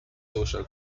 social